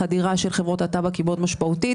החדירה של חברות הטבק היא מאוד משמעותית.